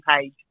page